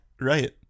right